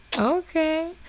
Okay